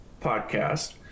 podcast